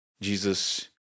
Jesus